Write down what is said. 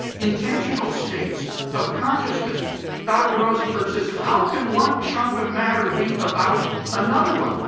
intentional states of consciousness dr. rosenberg says how can one chunk of matter be about another one?